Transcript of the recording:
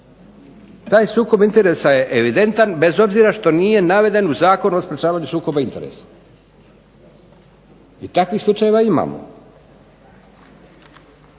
Taj sukob interesa je evidentan bez obzira što nije naveden u Zakonu o sprečavanju sukoba interesa. I takvih slučajeva imamo.